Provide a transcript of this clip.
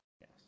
Yes